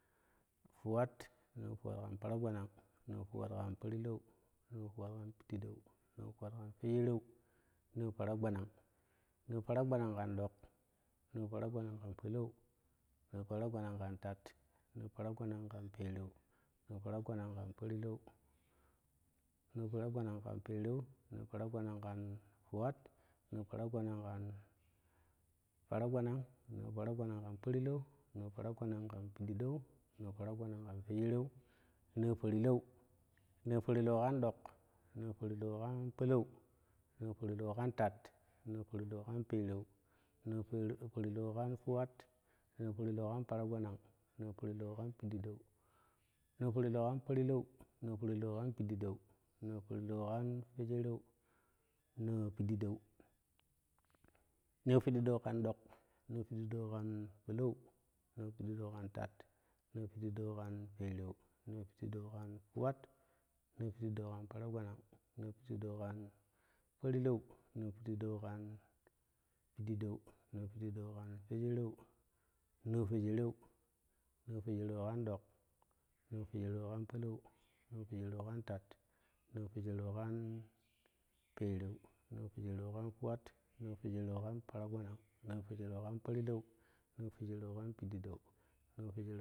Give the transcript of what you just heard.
Fuwat noo fuwat kan paragbanang noo fuwal kan parlou noofuwat ƙan pidiɗeu noofuwat ƙan fwejereu noo paragbanan noo paragbanan ƙan ɗok noo paragbanan kan polou noo paragbanan kan tat noo paragbanan kan pereu noo paragbana kan porlou noo paragbanan kai pereu noo paragbanan kan fuwat noo paragbanan kan porlou noo paragbanan kan pidi dau noo paragbanan kanfwejereu noo porlou noo porlou karɗok noo porlou kan polou noo porlou kan tat noo parlou ƙan pereu noo parlou ƙan fuwat noo parlou ƙan paragbanan noo parlou kan pididan noo porlou kan porlou noo porlou kan piɗideu noo porlou kan fewjereu noo pidide noo pidiɗeu kan ɗok noo pidideu kan polou noo piɗiɗeu ƙan tat noo piɗiɗeu ƙan pereu noo piɗiɗeu kan paragba nan noo piɗiɗeu ƙan pereu noo piɗiɗeu ƙan fuwat noo piɗiɗei kan paragbanan noo piɗiɗeu ƙan porlou noo piɗiɗeu kan piɗiɗeu noo piɗiɗeu kan fwesereu noo fwejereu. noo fwesereu ƙan ɗok noo fwejereu ƙan polour noo fwesereu ƙan tat noo fwejereu kon pereu noo fwede reus kan fuwat noo fwedereu ƙan paragbanan noo fwejereakan porlou noo fwejereu ƙan piɗiɗeu noofwedereu.